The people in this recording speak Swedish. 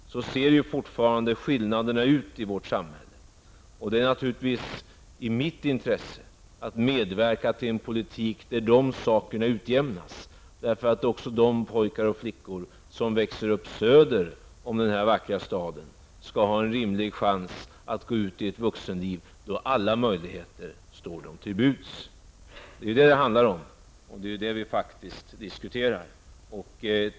Sådana är fortfarande skillnaderna i vårt samhälle. Det är naturligtvis i mitt intresse att medverka till en politik, som utjämnar dessa skillnader. Också de pojkar och flickor som växer upp söder om denna vackra stad skall kunna ha en rimlig chans att gå in i ett vuxenliv, där alla möjligheter står dem till buds. Det är detta som det handlar och som vi faktiskt diskuterar.